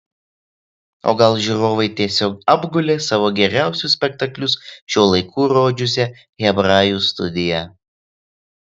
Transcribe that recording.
o gal žiūrovai tiesiog apgulė savo geriausius spektaklius šiuo laiku rodžiusią hebrajų studiją